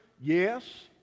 yes